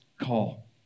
call